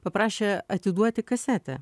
paprašė atiduoti kasetę